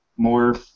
more